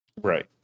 Right